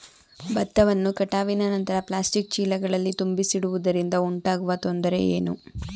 ಭತ್ತವನ್ನು ಕಟಾವಿನ ನಂತರ ಪ್ಲಾಸ್ಟಿಕ್ ಚೀಲಗಳಲ್ಲಿ ತುಂಬಿಸಿಡುವುದರಿಂದ ಉಂಟಾಗುವ ತೊಂದರೆ ಏನು?